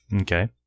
Okay